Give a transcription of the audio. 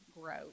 grow